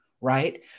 right